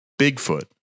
Bigfoot